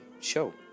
show